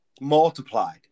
Multiplied